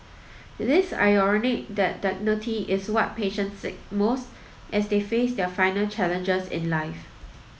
it is ironic that dignity is what patients seek most as they face their final challenges in life